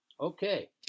Okay